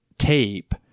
tape